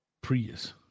Prius